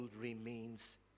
remains